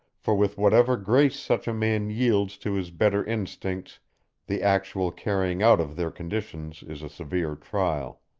for with whatever grace such a man yields to his better instincts the actual carrying out of their conditions is a severe trial.